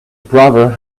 brother